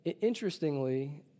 interestingly